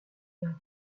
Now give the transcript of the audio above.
date